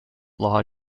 law